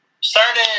started